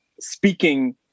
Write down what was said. speaking